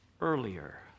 earlier